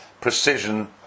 precision